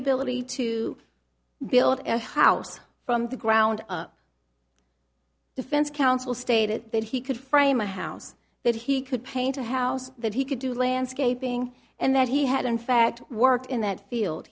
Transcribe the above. ability to build a house from the ground up defense council stated that he could frame a house that he could paint a house that he could do landscaping and that he had in fact worked in that field